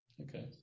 Okay